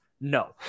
No